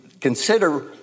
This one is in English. consider